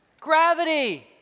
Gravity